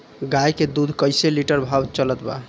गाय के दूध कइसे लिटर भाव चलत बा?